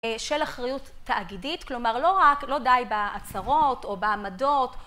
של אחריות תאגידית, כלומר לא די בעצרות או בעמדות